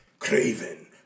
Craven